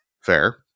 fair